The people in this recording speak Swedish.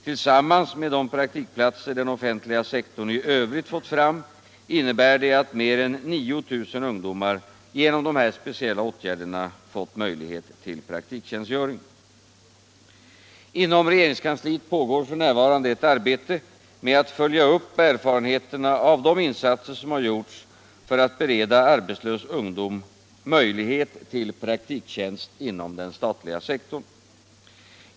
Tillsammans med de praktikplatser den offentliga sektorn i övrigt fått fram innebär det att mer än 9 000 ungdomar genom dessa speciella åtgärder fått möjlighet till praktiktjänstgöring. Inom regeringskansliet pågår f.n. ett arbete med att följa upp erfarenheterna av de insatser som har gjorts för att bereda arbetslös ungdom möjlighet till praktiktjänst inom den statliga sektorn.